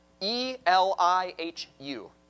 E-L-I-H-U